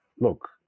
look